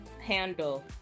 handle